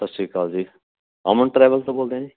ਸਤਿ ਸ਼੍ਰੀ ਅਕਾਲ ਜੀ ਅਮਨ ਟਰੈਵਲ ਤੋਂ ਬੋਲਦੇ ਹੈ ਜੀ